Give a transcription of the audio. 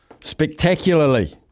spectacularly